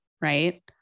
right